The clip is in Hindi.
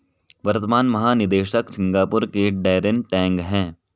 वर्तमान महानिदेशक सिंगापुर के डैरेन टैंग हैं